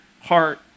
heart